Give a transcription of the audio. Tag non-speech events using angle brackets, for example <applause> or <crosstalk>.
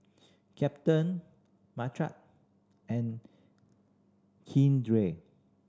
Captain <unintelligible> and Keandre